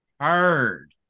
hard